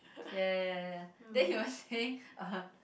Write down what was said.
ya ya ya ya ya then he was saying uh